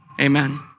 Amen